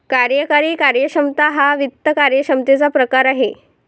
कार्यकारी कार्यक्षमता हा वित्त कार्यक्षमतेचा प्रकार आहे